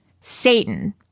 Satan